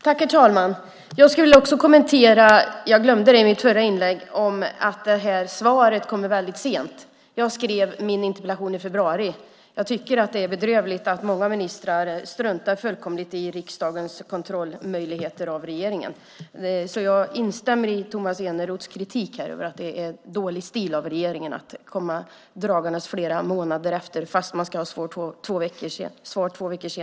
Herr talman! Jag glömde i mitt förra inlägg att kommentera att svaret kommer väldigt sent. Jag skrev min interpellation i februari. Jag tycker att det är bedrövligt att många ministrar fullkomligt struntar i riksdagens kontrollmöjligheter av regeringen. Jag instämmer alltså i Tomas Eneroths kritik här om att det är dålig stil av regeringen att komma dragandes med svar efter flera månader fast man ska få svar efter två veckor.